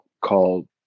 called